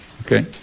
Okay